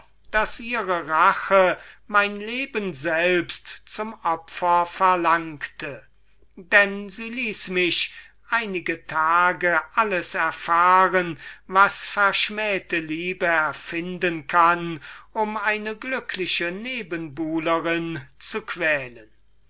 daß ihre rache nicht mein leben zum opfer verlangte denn sie ließ mich einige tage alles erfahren was verschmähte liebe erfinden kann eine glückliche nebenbuhlerin zu quälen